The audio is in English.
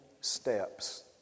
steps